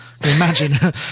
Imagine